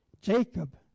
Jacob